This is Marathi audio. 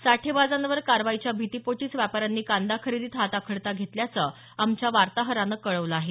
साठेबाजांवर कारवाईच्या भीतीपोटीच व्यापाऱ्यांनी कांदा खरेदीत हात आखडता घेतल्याचं आमच्या वार्ताहरानं कळवलं आहे